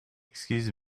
excuse